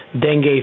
dengue